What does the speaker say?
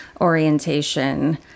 orientation